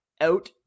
out